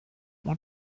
want